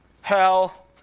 hell